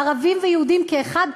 ערבים ויהודים כאחד.